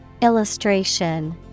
Illustration